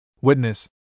Witness